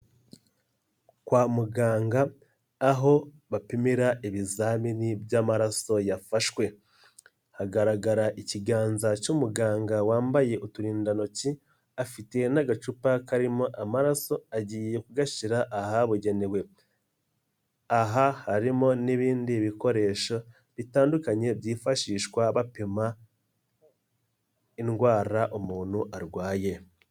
Kwa muganga aho bapimira ibizamini by'amaraso yafashwe, hagaragara ikiganza cy'umuganga wambaye uturindantoki afite n'agacupa karimo amaraso agiye kugashyira ahabugenewe, aha harimo n'ibindi bikoresho bitandukanye byifashishwa bapima indwara umuntu arwaye.